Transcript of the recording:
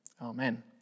amen